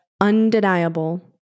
undeniable